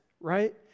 right